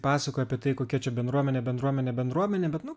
pasakoja apie tai kokia čia bendruomenė bendruomenė bendruomenė bet nu